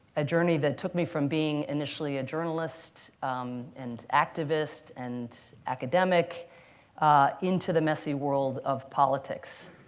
a journey that took me from being, initially, a journalist and activist and academic into the messy world of politics,